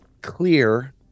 clear